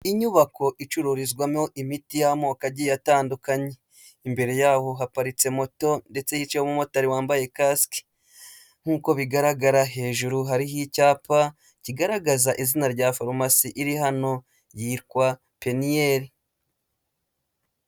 Inyubako icururizwamo imiti y'amoko agiye atandukanye, imbere yabo haparitse moto ndetse hicaye n'umumotari wambaye kasike nk'uko bigaragara hejuru hariho icyapa kigaragaza izina rya farumasi iri hano yitwa "Peniel."